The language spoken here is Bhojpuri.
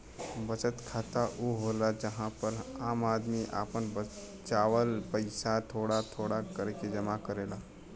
बचत खाता ऊ होला जहां पर आम आदमी आपन बचावल पइसा थोड़ा थोड़ा करके जमा करेला